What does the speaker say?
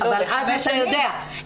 אבל אז אתה יודע,